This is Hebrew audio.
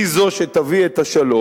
היא זו שתביא את השלום,